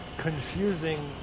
Confusing